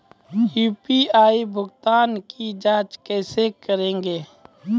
UPI भुगतान की जाँच कैसे करेंगे?